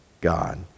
God